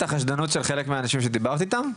החשדנות של חלק מהאנשים שדיברת איתם?